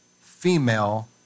female